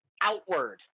outward